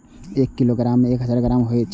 एक किलोग्राम में एक हजार ग्राम होयत छला